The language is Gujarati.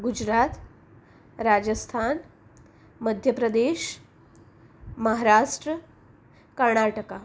ગુજરાત રાજસ્થાન મધ્યપ્રદેશ મહારાષ્ટ્ર કર્ણાટક